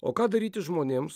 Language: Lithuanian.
o ką daryti žmonėms